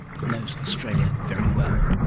but knows australia very well.